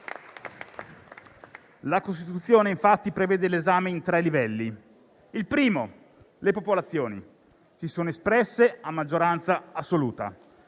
La Costituzione, infatti, prevede l'esame in tre livelli: nel primo, le popolazioni si sono espresse a maggioranza assoluta;